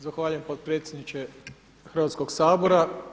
Zahvaljujem potpredsjedniče Hrvatskog sabora.